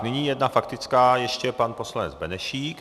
Nyní jedna faktická ještě, pan poslanec Benešík.